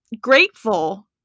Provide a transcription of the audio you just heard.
grateful